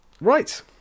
Right